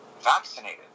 vaccinated